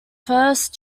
first